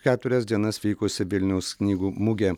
keturias dienas vykusi vilniaus knygų mugė